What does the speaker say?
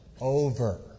over